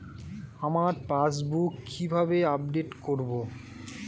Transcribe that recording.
আমার পাসবুক কিভাবে আপডেট করবো?